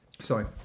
Sorry